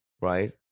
right